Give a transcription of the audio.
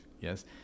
yes